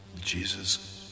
Jesus